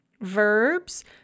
verbs